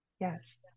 Yes